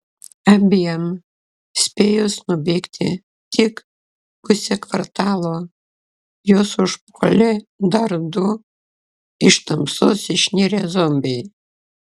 abiem spėjus nubėgti tik pusę kvartalo juos užpuolė dar du iš tamsos išnirę zombiai